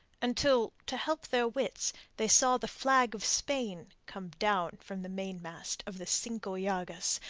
until to help their wits they saw the flag of spain come down from the mainmast of the cinco llagas,